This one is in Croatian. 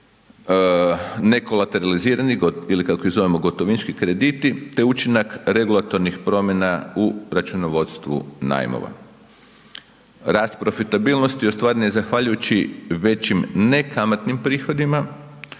ne kolateralizirani ili kako ih zovemo gotovinski krediti te učinak regulatornih promjena u računovodstvu najmova. Rast profitabilnosti ostvarena je zahvaljujući većim ne kamatnim prihodima,